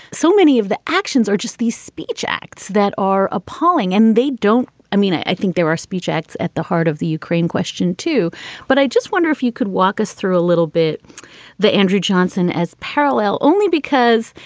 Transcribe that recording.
so many of the actions are just these speech acts that are appalling and they don't. don't. i mean, i think there are speech acts at the heart of the ukraine question, too but i just wonder if you could walk us through a little bit the andrew johnson as parallel only because,